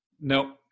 no